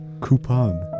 coupon